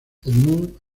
edmund